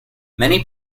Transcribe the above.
many